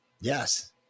Yes